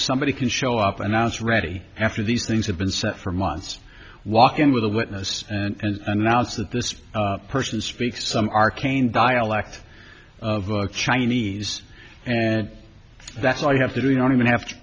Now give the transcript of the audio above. somebody can show up announce ready after these things have been set for months walk in with a witness and announce that this person speaks some arcane dialect of chinese and that's all you have to do not even have to